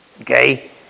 Okay